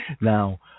Now